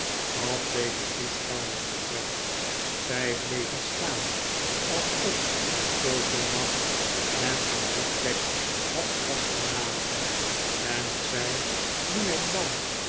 wat deze toeschouwers betreft zij bleven staan alsof een toovermacht hen aan die plek had vastgenageld en als zij nu en dan